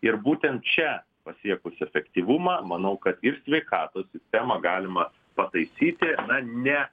ir būtent čia pasiekus efektyvumą manau kad ir sveikatos sistemą galima pataisyti na ne